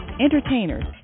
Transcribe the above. entertainers